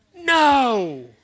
no